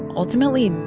ultimately,